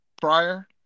prior